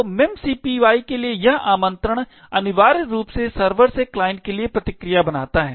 तो memcpy के लिए यह आमंत्रण अनिवार्य रूप से सर्वर से क्लाइंट के लिए प्रतिक्रिया बनाता है